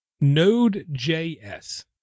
Node.js